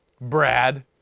Brad